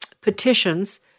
petitions